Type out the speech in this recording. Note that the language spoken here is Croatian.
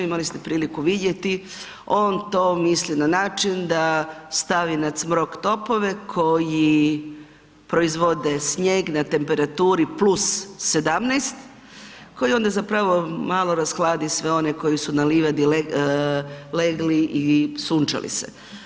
Imali ste priliku vidjeti, on to misli na način da stavi na Cmrok topove koji proizvode snijeg na temperaturi +17 koju onda zapravo malo rashladi sve one koji su na livadu legli i sunčali se.